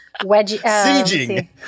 sieging